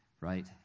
right